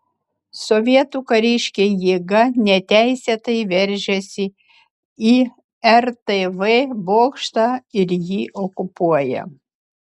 sovietų kariškiai jėga neteisėtai veržiasi į rtv bokštą ir jį okupuoja